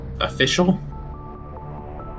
official